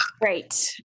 Great